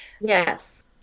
Yes